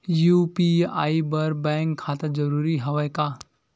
UPI बर bank खाता जरूरी हवय का?